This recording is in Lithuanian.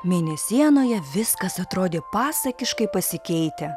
mėnesienoje viskas atrodė pasakiškai pasikeitę